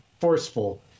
forceful